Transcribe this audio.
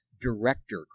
director